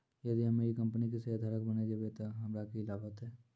यदि हम्मै ई कंपनी के शेयरधारक बैन जैबै तअ हमरा की लाभ होतै